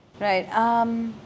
Right